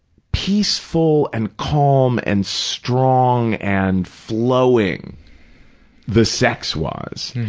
peaceful and calm and strong and flowing the sex was,